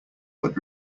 but